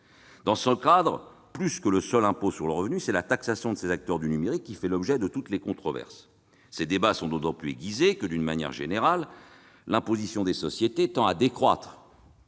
Dans ce cadre, plus que le seul impôt sur le revenu, c'est la taxation des acteurs du numérique qui fait l'objet de toutes les controverses. Ces débats sont d'autant plus aigus que, d'une manière générale, l'imposition des sociétés tend à décroître.